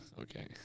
Okay